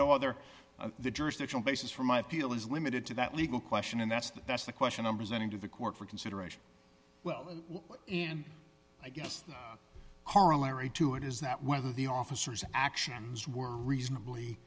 other jurisdiction basis for my appeal is limited to that legal question and that's the that's the question number sending to the court for consideration well in i guess the corollary to it is that whether the officers actions were reasonably